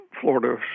Florida